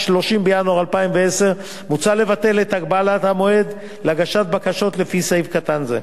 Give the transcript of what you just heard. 30 בינואר 2010. מוצע לבטל את הגבלת המועד להגשת בקשות לפי סעיף קטן זה.